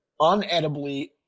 unedibly